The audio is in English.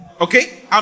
Okay